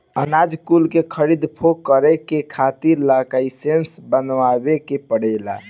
अनाज कुल के खरीद फोक्त करे के खातिर लाइसेंस बनवावे के पड़ी